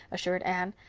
assured anne.